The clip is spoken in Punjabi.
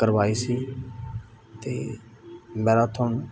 ਕਰਵਾਈ ਸੀ ਅਤੇ ਮੈਰਾਥੋਨ